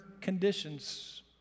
conditions